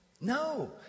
No